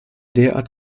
derart